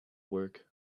work